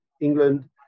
England